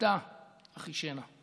בעִתה אחישנה".